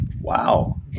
Wow